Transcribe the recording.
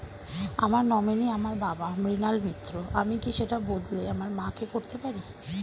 আমার নমিনি আমার বাবা, মৃণাল মিত্র, আমি কি সেটা বদলে আমার মা কে করতে পারি?